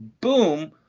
boom